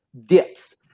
dips